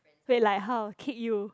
wait like how kick you